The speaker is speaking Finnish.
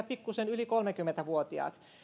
pikkusen yli kolmekymmentä